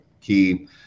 key